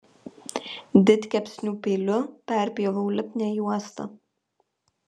didkepsnių peiliu perpjoviau lipnią juostą